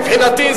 מבחינתי,